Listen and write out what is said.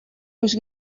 ulls